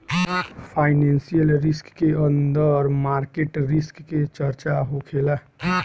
financial risk के अंदर market risk के चर्चा होखेला